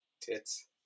tits